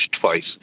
twice